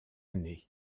année